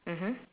mmhmm